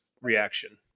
reaction